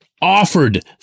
offered